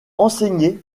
enseigné